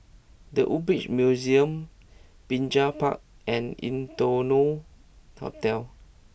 The Woodbridge Museum Binjai Park and Innotel Hotel